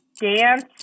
dance